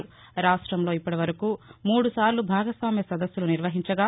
రాష్టంలో ఇప్పటివరకు మూడుసార్లు భాగస్వామ్య సదస్సులు నిర్వహించగా